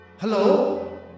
Hello